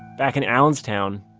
back in allenstown,